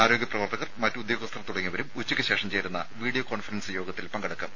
ആരോഗ്യ പ്രവർത്തകർ മറ്റ് ഉദ്യോഗസ്ഥർ തുടങ്ങിയവരും ഉച്ചയ്ക്കുശേഷം ചേരുന്ന വീഡിയോ കോൺഫറൻസ് യോഗത്തിൽ പങ്കെടുക്കും